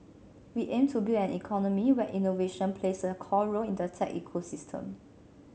we aim to build an economy where innovation plays a core role in the tech ecosystem